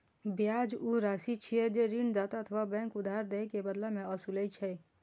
ब्याज ऊ राशि छियै, जे ऋणदाता अथवा बैंक उधार दए के बदला मे ओसूलै छै